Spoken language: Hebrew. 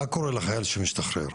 מה קורה לחייל שמשתחרר?